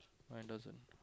mine doesn't